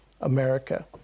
America